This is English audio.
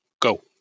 Go